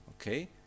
Okay